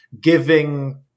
giving